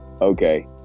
okay